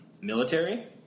military